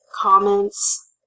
comments